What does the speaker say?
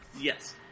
Yes